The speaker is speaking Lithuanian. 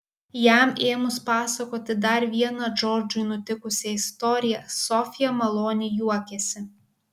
jam ėmus pasakoti dar vieną džordžui nutikusią istoriją sofija maloniai juokėsi